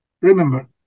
remember